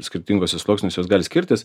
skirtinguose sluoksniuose jos gali skirtis